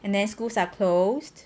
and then schools are closed